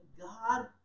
God